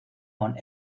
von